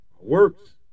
works